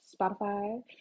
Spotify